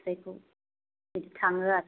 नास्रायखौ बिदि थाङो आरो